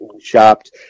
shopped